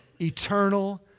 eternal